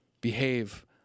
behave